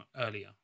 earlier